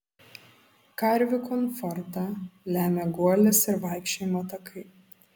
karvių komfortą lemia guolis ir vaikščiojimo takai